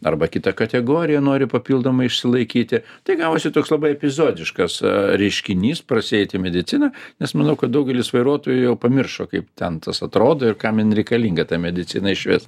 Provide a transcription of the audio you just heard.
arba kitą kategoriją nori papildomai išsilaikyti tai gavosi toks labai epizodiškas reiškinys prasieiti mediciną nes manau kad daugelis vairuotojų jau pamiršo kaip ten tas atrodo ir kam reikalinga ta medicina išvis